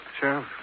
Sheriff